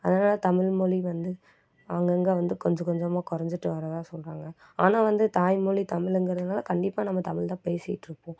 அதனால் தமிழ் மொழி வந்து ஆங்கங்கே வந்து கொஞ்சம் கொஞ்சமாக குறஞ்சிட்டு வரதா சொல்கிறாங்க ஆனால் வந்து தாய்மொழி தமிழ்ங்கிறதுனால கண்டிப்பாக நம்ம தமிழ் தான் பேசிகிட்ருக்கோம்